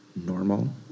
normal